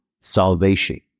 salvation